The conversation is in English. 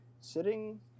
sitting